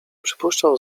przypuszczał